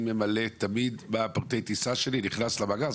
אני תמיד ממלא את פרטי הטיסה שלי וזה נכנס למאגר.